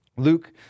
Luke